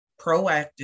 proactive